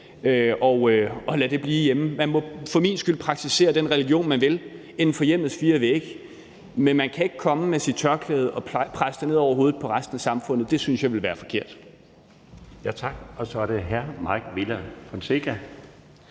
og lade det blive hjemme. Man må for min skyld praktisere den religion, man vil, inden for hjemmets fire vægge, men man kan ikke komme med sit tørklæde og presse det ned over hovedet på resten af samfundet. Det synes jeg ville være forkert. Kl. 20:56 Den fg. formand (Bjarne